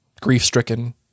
grief-stricken